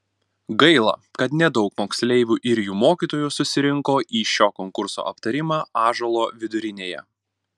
gaila kad nedaug moksleivių ir jų mokytojų susirinko į šio konkurso aptarimą ąžuolo vidurinėje